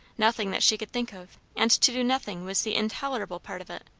nothing that she could think of, and to do nothing was the intolerable part of it.